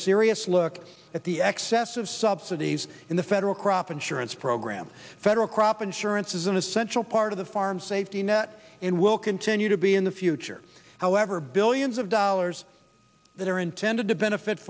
serious look at the excess of subsidies in the federal crop insurance program federal crop insurance is an essential part of the farm safety net and will continue to be in the future however billions of dollars that are intended to benefit